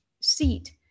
seat